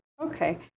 Okay